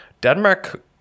Denmark